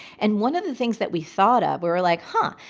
and one of the things that we thought of, we were like, huh,